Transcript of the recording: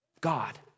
God